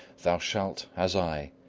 thou shalt, as i,